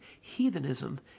heathenism